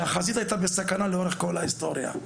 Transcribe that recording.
שהחזית הייתה בסכנה לאורך כל ההיסטוריה,